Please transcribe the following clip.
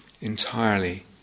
entirely